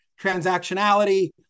transactionality